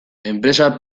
enpresa